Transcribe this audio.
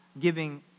giving